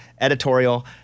editorial